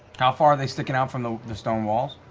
how far are they sticking out from the the stone walls?